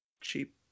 Cheap